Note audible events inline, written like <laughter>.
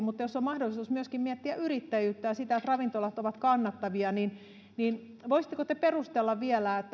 <unintelligible> mutta jos on mahdollisuus myöskin miettiä yrittäjyyttä ja sitä että ravintolat ovat kannattavia niin niin voisitteko te perustella vielä